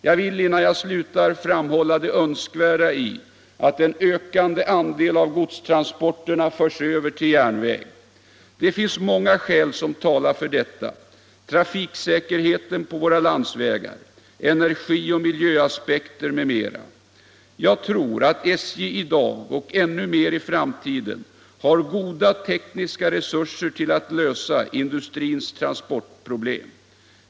Jag vill, innan jag slutar, framhålla det önskvärda i det att en ökande andel av godstransporterna förs över till järnväg. Det finns många skäl som talar för detta: trafiksäkerheten på våra landsvägar, energi och miljöaspekter m.m. Jag tror att SJ i dag — och ännu mer i framtiden — har goda tekniska resurser för att lösa industrins transportproblem.